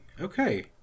Okay